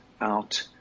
out